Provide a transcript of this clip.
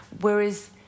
Whereas